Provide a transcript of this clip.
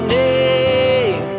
name